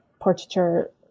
portraiture